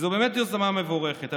זו באמת יוזמה מבורכת,